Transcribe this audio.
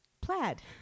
plaid